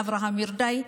אברהם ירדאי.